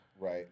Right